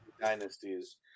dynasties